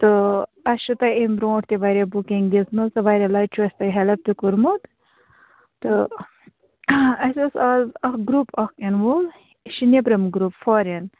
تہٕ اَسہِ چھُ تۅہہِ اَمہِ برٛونٛٹھ تہِ واریاہ بُکِنٛگ دِژمٕژ تہٕ واریاہ لَٹہِ چھُ اسہِ تۅہہِ ہیٚلٕپ تہِ کوٚرمُت تہٕ اَسہِ ٲس اَز اَکھ گرٛوپ یِنہٕ وول یہِ چھُ نیٚبرِم گرٛوپ فارین